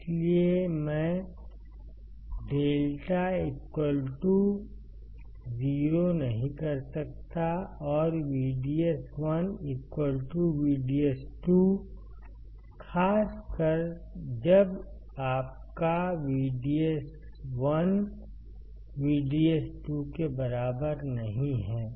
इसलिए मैं λ 0 नहीं कर सकता और VDS1VDS2 खासकर जब आपका VDS1 VDS2 के बराबर नहीं है